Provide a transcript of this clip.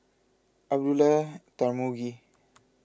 Abdullah Tarmugi